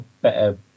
better